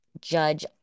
judge